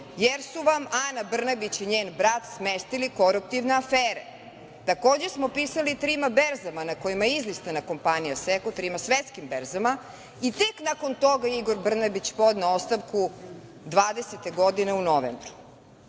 jer su vam Ana Brnabić i njen brat smestili koruptivne afere. Takođe smo pisali trima na berzama na kojima je izlistana kompanija „Aseko“, trima svetskim berzama, i tek nakon toga je Igor Brnabić podneo ostavku 2020. godine u novembru. Da